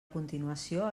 continuació